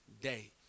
day